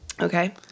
Okay